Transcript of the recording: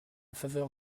faveur